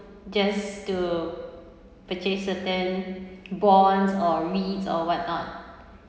just to purchase certain bonds or REITS or what not